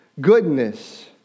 goodness